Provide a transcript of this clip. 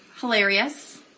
hilarious